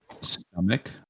stomach